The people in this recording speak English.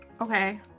okay